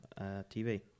TV